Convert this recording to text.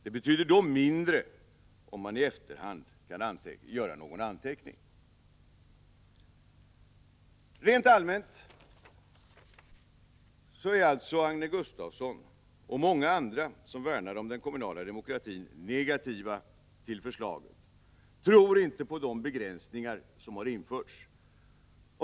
Då betyder det mindre om man i efterhand kan göra anteckningar. Rent allmänt är alltså Agne Gustafsson och många andra som värnar om den kommunala demokratin negativa till förslaget och tror inte på de begränsningar som har införts.